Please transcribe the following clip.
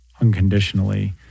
unconditionally